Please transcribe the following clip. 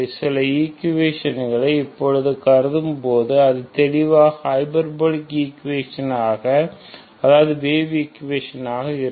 சில ஈக்குவேஷங்களை இப்பொழுது கருதும் போது அது தெளிவாக ஹைபர்போலிக் ஈக்குவேஷனாக அதாவது வேவ் ஈக்குவேஷனாக இருக்கும்